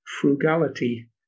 frugality